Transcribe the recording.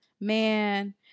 Man